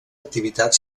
activitat